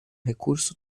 recurso